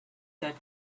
that